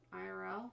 IRL